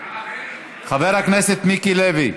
חבר הכנסת מיקי לוי.